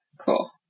cool